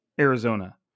Arizona